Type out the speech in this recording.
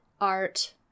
art